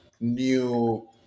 new